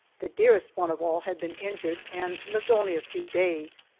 the dearest one of all had been injured and lived only a few days.